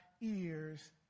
ears